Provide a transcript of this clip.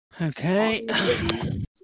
Okay